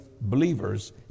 believers